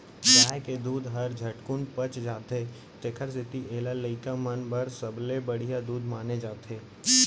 गाय के दूद हर झटकुन पच जाथे तेकर सेती एला लइका मन बर सबले बड़िहा दूद माने जाथे